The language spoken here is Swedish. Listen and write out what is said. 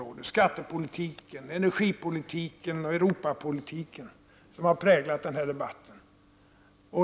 Det gäller även skattepolitiken, energipolitiken och Europapolitiken, som har präglat den här debatten.